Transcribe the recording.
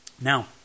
Now